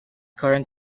current